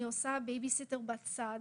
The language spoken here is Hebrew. אני עושה בייביסיטר מהצד,